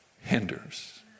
hinders